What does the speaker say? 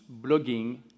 blogging